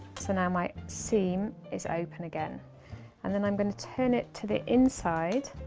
so now my seam is open again and then i'm going to turn it to the inside